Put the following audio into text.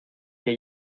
que